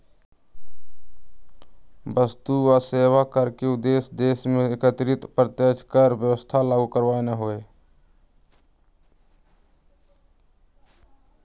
वस्तु आऽ सेवा कर के उद्देश्य देश में एकीकृत अप्रत्यक्ष कर व्यवस्था लागू करनाइ हइ